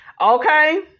okay